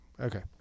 okay